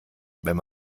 wenn